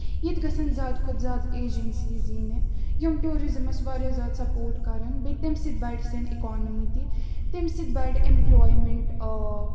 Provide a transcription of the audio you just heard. ییٚتہِ گژھن زیادٕ کھۄتہٕ زیادٕ ایٚجنسیٖز یِنہِ یِم ٹیوزِزٕمَس واریاہ زیادٕ سَپورٹ کرن بیٚیہِ تَمہ سۭتۍ بَڑِ سٲنۍ اِکانمی تہِ تَمہِ سۭتۍ بَڑِ ایٚمپٕلایمینٹ آ